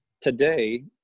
today